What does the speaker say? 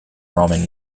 roman